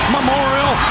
Memorial